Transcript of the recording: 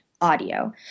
audio